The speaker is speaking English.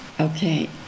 Okay